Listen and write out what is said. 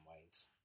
ways